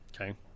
Okay